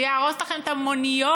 זה יהרוס לכם את המוניות?